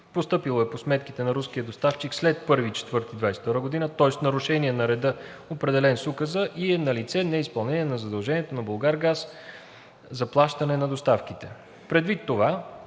постъпило е по сметките на руския доставчик след 1 април 2022 г., тоест в нарушение на реда, определен с Указа, и е налице неизпълнение на задължението на „Булгаргаз“ за плащане на доставките. Предвид това